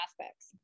aspects